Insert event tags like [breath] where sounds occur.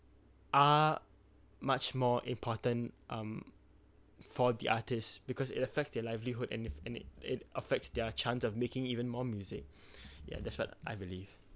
are much more important um for the artist because it affects their livelihood and it and it it affects their chance of making even more music [breath] ya that's what I believe